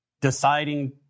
deciding